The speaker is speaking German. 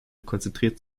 konzentriert